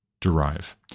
derive